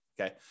Okay